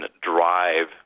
drive